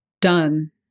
done